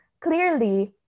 clearly